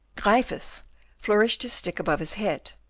gryphus flourished his stick above his head,